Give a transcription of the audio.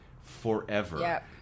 forever